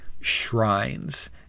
shrines